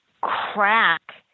crack